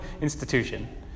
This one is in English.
institution